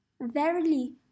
verily